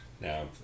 Now